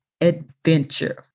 adventure